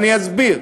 אני אסביר.